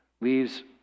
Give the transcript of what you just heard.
leaves